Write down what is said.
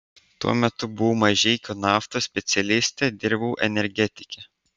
tuo metu buvau mažeikių naftos specialistė dirbau energetike